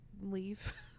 leave